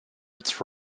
its